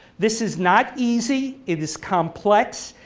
this is not easy. it is complex.